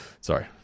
Sorry